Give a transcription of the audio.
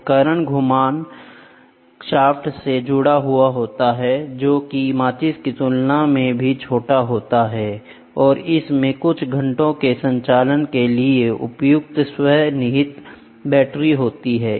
उपकरण घूर्णन शाफ्ट से जुड़ा हुआ होता है जो कि माचिस की तुलना में छोटा हो सकता है और इसमें कुछ घंटों के संचालन के लिए उपयुक्त स्व निहित बैटरी होती है